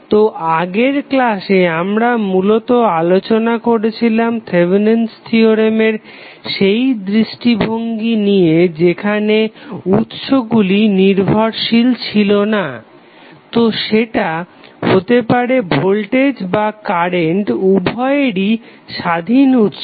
তো আগের ক্লাসে আমরা মূলত আলোচনা করেছিলাম থেভেনিন'স থিওরেম Thevenins theorem এর সেই দৃষ্টি ভঙ্গি নিয়ে যেখানে উৎসগুলি নির্ভরশীল ছিল না তো সেটা হতে পারে ভোল্টেজ বা কারেন্ট উভয়েই স্বাধীন উৎস